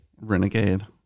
Renegade